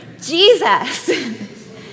Jesus